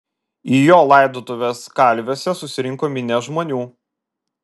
į jo laidotuves kalviuose susirinko minia žmonių